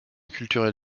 culturel